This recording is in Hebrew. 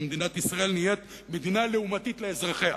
ומדינת ישראל נהיית מדינה לעומתית לאזרחיה,